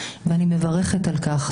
ואני מברכת על-כך.